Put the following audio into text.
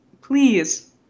please